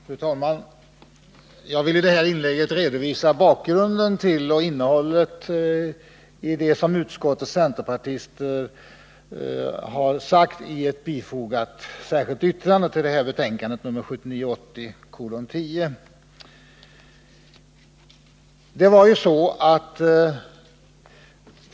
Fru talman! Jag vill i detta inlägg redovisa bakgrunden till och innehållet i det som utskottets centerpartister skrivit i ett särskilt yttrande vid trafikutskottets betänkande 1979/80:10.